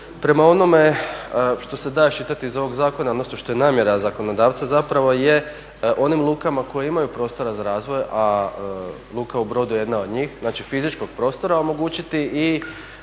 prema onome što se da iščitati iz ovog zakona odnosno što je namjera zakonodavca zapravo je onim lukama koje imaju prostora za razvoj, a Luka u Brodu je jedna od njih znači fizičkog prostora, omogućiti i